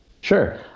Sure